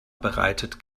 bereitet